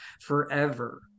forever